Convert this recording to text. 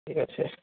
ଠିକ୍ ଅଛେ